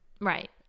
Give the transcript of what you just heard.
Right